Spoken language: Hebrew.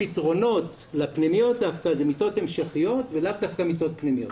הפתרונות לפנימיות הוא מיטות המשכיות ולאו דווקא מיטות פנימיות.